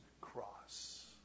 cross